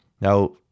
Now